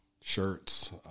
shirts